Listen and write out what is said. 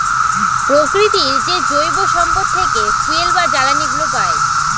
প্রকৃতির যে জৈব সম্পদ থেকে ফুয়েল বা জ্বালানিগুলো পাই